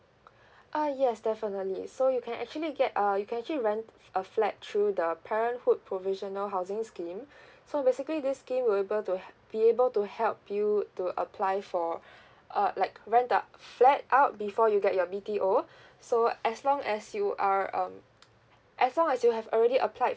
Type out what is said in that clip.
uh yes definitely so you can actually get uh you can actually rent a flat through the parenthood provisional housing scheme so basically this scheme will able to be able to help you to apply for uh like rent a flat out before you get your B_T_O so as long as you are um as long as you have already applied